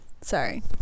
Sorry